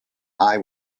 eye